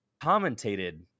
commentated